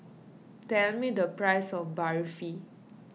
tell me the price of Barfi